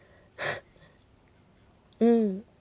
mm